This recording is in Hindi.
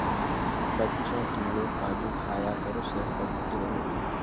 बच्चों, तुमलोग काजू खाया करो सेहत अच्छी रहेगी